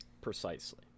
Precisely